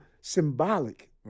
symbolic